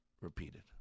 repeated